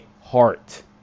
heart